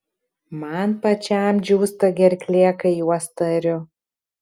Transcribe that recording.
man pačiam džiūsta gerklė kai juos tariu